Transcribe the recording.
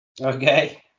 Okay